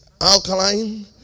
Alkaline